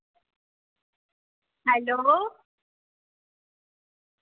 hello